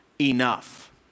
enough